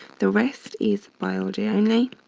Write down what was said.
the rest is biology only.